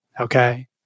okay